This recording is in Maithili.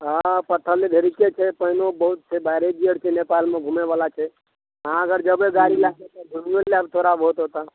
हँ ढेरी छै पानियो बहुत छै बैरेज आर छै नेपालमे घुमैबला छै अहाँ अगर जेबै गाड़ी लएके तऽ घुमियो आयब थोड़ा बहुत ओतऽ